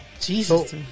Jesus